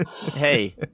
hey